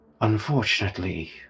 Unfortunately